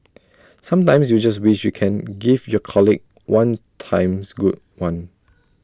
sometimes you just wish you can give your colleague one times good one